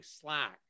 Slack